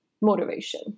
motivation